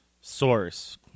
source